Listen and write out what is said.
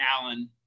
Allen